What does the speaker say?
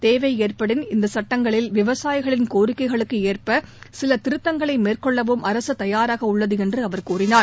தேவை ஏற்படின் இந்த சுட்டங்களில் விவசாயிகளின் கோரிக்கைகளுக்கு ஏற்ப சில திருத்தங்களை மேற்கொள்ளவும் அரசு தயாராக உள்ளது என்று அவர் கூறினார்